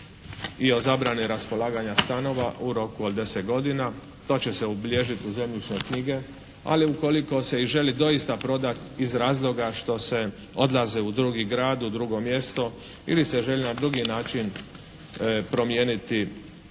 i o zabrani raspolaganja stanova u roku od 10 godina. To će se ubilježiti u zemljišne knjige, ali ukoliko se i želi doista prodati iz razloga što se odlaze u drugi grad, u drugo mjesto ili se želi na drugi način promijeniti